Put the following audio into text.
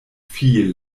viel